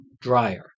Dryer